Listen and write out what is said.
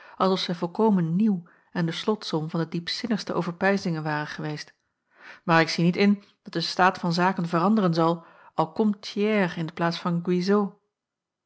als of zij volkomen nieuw en de slotsom van de diepzinnigste overpeinzingen ware geweest maar ik zie niet in dat de staat van zaken veranderen zal al komt thiers in de plaats van